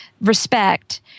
respect